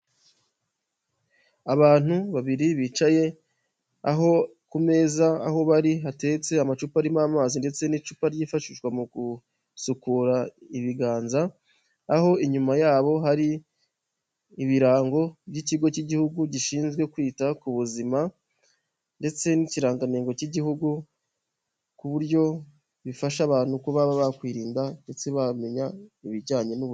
Abantu babiri bicaye aho ku meza aho bari hatetse amacupa arimo amazi ndetse n'icupa ryifashishwa mu gusukura ibiganza, aho inyuma yabo hari ibirango by'ikigo cy'igihugu gishinzwe kwita ku buzima, ndetse n'ikirangantengo cy'igihugu ku buryo bifasha abantu kuba bakwirinda ndetse bamenya ibijyanye n'ubuzima.